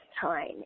time